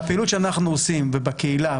בפעילות שאנחנו עושים ובקהילה,